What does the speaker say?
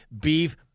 Beef